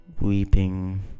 Weeping